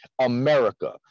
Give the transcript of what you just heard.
America